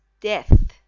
death